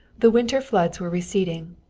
the winter floods were receding.